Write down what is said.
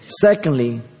Secondly